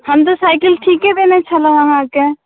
हम तऽ साइकिल ठीके देने छलहुँ अहाँके